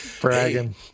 Bragging